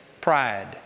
pride